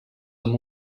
amb